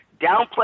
downplay